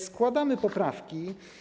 Składamy poprawki.